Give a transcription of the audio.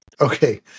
Okay